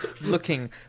looking